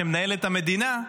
שמנהל את המדינה,